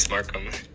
markham.